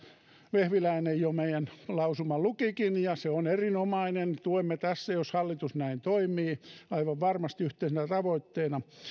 vehviläinen jo meidän lausumamme lukikin ja se on erinomainen jos hallitus näin toimii tuemme sitä aivan varmasti yhteisenä tavoitteena